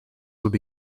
would